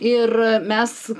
ir mes